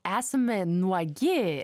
esame nuogi